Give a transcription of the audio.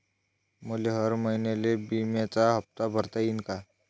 मले हर महिन्याले बिम्याचा हप्ता भरता येईन का?